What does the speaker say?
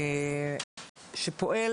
שפועל